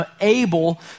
able